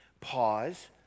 Pause